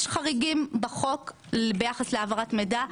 יש חריגים בחוק ביחס להעברת מידע.